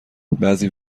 بعضی